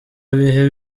bihe